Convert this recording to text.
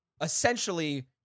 essentially